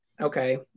okay